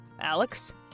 Alex